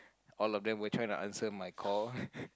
all of them were trying to answer my call